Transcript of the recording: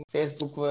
Facebook